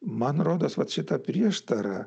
man rodos vat šita prieštara